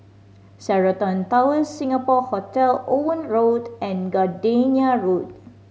Sheraton Towers Singapore Hotel Owen Road and Gardenia Road